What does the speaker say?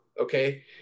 Okay